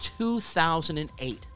2008